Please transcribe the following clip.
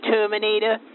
Terminator